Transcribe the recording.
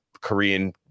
Korean